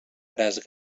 braç